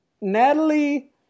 natalie